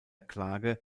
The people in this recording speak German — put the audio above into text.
klage